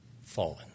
fallen